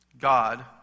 God